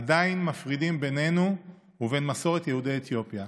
עדיין מפרידות בינינו ובין מסורת יהודי אתיופיה.